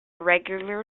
regular